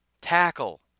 Tackle